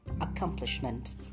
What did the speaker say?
Accomplishment